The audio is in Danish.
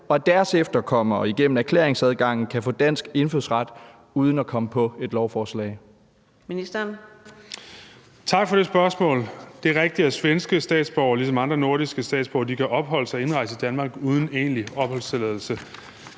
og at deres efterkommere igennem erklæringsadgangen kan få dansk indfødsret uden at komme på et lovforslag?